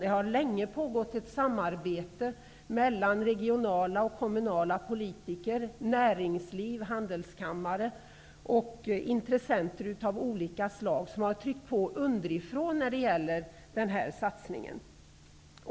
Det har länge pågått ett samarbete mellan regionala och kommunala politiker, näringsliv, handelskammare och andra intressenter av olika slag, där man underifrån har tryckt på för den här satsningen.